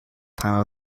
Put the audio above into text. time